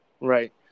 right